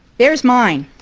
there's mine.